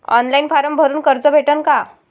Online form भरून कर्ज भेटन का?